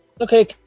Okay